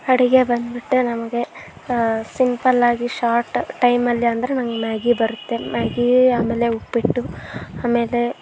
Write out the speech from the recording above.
ಅಡಿಗೆ ಬಂದ್ಬಿಟ್ಟು ನಮಗೆ ಸಿಂಪ್ಪಲ್ಲಾಗಿ ಶಾರ್ಟ್ ಟೈಮಲ್ಲಿ ಅಂದ್ರೆ ನಂಗೆ ಮ್ಯಾಗಿ ಬರುತ್ತೆ ಮ್ಯಾಗೀ ಆಮೇಲೆ ಉಪ್ಪಿಟ್ಟು ಆಮೇಲೆ